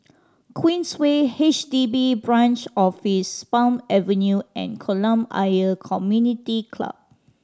Queensway H D B Branch Office Palm Avenue and Kolam Ayer Community Club